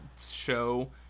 show